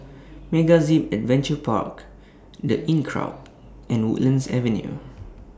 MegaZip Adventure Park The Inncrowd and Woodlands Avenue